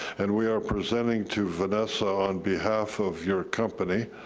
and we are presenting to vanessa on behalf of your company,